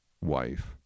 wife